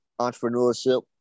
entrepreneurship